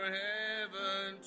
heaven